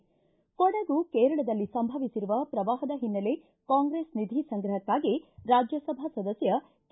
ಿ ಕೊಡಗು ಕೇರಳದಲ್ಲಿ ಸಂಭವಿಸಿರುವ ಪ್ರವಾಹದ ಹಿನ್ನೆಲೆ ಕಾಂಗ್ರೆಸ್ ನಿಧಿ ಸಂಗ್ರಹಕ್ಕಾಗಿ ರಾಜ್ಯಸಭಾ ಸದಸ್ಯ ಕೆ